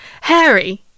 Harry